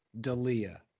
Dalia